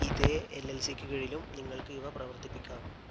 ഇതേ എൽ എൽ സിക്ക് കീഴിലും നിങ്ങൾക്ക് ഇവ പ്രവർത്തിപ്പിക്കാം